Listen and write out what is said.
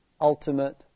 Ultimate